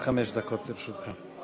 עד חמש דקות לרשותך.